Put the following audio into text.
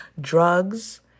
drugs